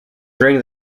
during